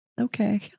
Okay